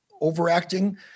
overacting